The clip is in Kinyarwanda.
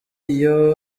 iyo